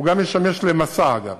הוא גם ישמש למשא, אגב,